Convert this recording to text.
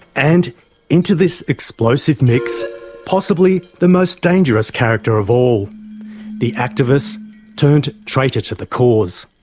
and into this explosive mix possibly the most dangerous character of all the activist turned traitor to the cause.